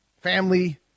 family